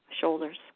shoulders